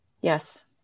Yes